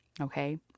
okay